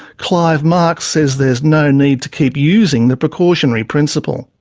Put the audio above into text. clive marks says there's no need to keep using the precautionary principle.